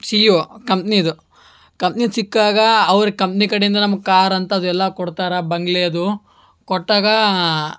C E O ಕಂಪ್ನೀದು ಕಂಪ್ನೀದು ಸಿಕ್ಕಾಗ ಅವ್ರು ಕಂಪ್ನಿ ಕಡೆಂದ ನಮಗ್ ಕಾರ್ ಅಂಥದು ಎಲ್ಲ ಕೊಡ್ತಾರೆ ಬಂಗಲೆ ಅದು ಕೊಟ್ಟಾಗ